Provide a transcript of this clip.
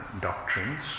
doctrines